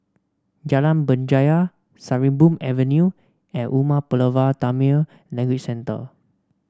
Jalan Berjaya Sarimbun Avenue and Umar Pulavar Tamil Language Centre